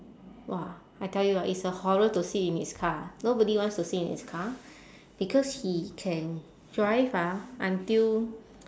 !wah! I tell you ah it's a horror to sit in his car nobody wants to sit in his car because he can drive ah until